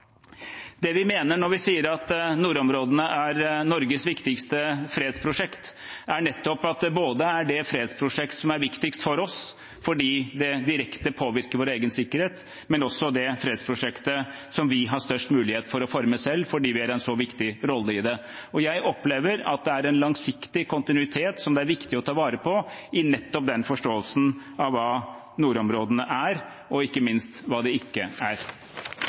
Det vi mener når vi sier at nordområdene er Norges viktigste fredsprosjekt, er at det både er det fredsprosjektet som er viktigst for oss fordi det direkte påvirker vår egen sikkerhet, og det fredsprosjektet som vi har størst mulighet for å forme selv fordi vi har en så viktig rolle i det. Jeg opplever at det er en langsiktig kontinuitet som det er viktig å ta vare på i nettopp den forståelsen av hva nordområdene er, og ikke minst hva de ikke er.